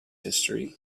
history